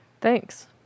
Thanks